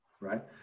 right